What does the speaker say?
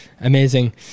Amazing